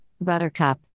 Buttercup